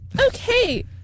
okay